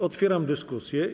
Otwieram dyskusję.